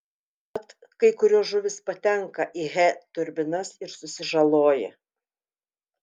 mat kai kurios žuvys patenka į he turbinas ir susižaloja